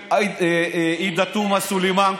כולל עאידה תומא סלימאן,